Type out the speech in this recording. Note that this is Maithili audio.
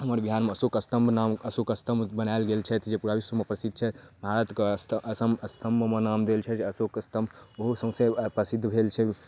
हमर बिहारमे अशोक स्तम्भ नाम अशोक स्तम्भ बनाएल गेल छथि जे पूरा विश्वमे प्रसिद्ध छथि भारतके अशोक स्तम्भमे नाम देल छै जे अशोक स्तम्भ बहुत से प्रसिद्ध भेल छै